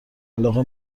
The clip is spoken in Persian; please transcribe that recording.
علاقه